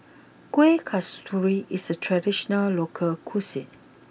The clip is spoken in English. Kueh Kasturi is a traditional local cuisine